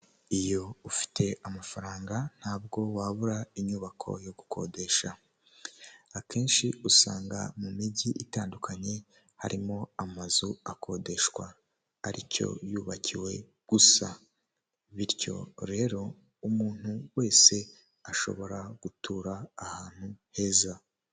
Ikinyabiziga k'ibinyamitende kikoreye kigaragara cyakorewe mu Rwanda n'abagabo batambuka muri iyo kaburimbo n'imodoka nyinshi ziparitse zitegereje abagenzi.